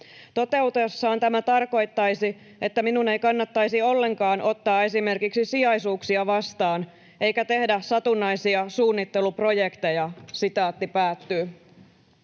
Toteutuessaan tämä tarkoittaisi, että minun ei kannattaisi ollenkaan ottaa esimerkiksi sijaisuuksia vastaan eikä tehdä satunnaisia suunnitteluprojekteja.” ”Olen